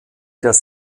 das